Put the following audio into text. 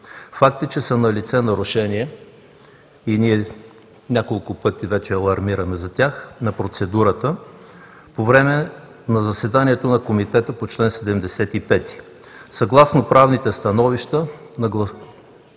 Факт е, че са налице нарушения и ние вече няколко пъти алармираме за тях на процедурата по време на заседание на Комитета по чл. 75. Съгласно правните становища крайно